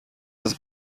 است